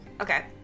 Okay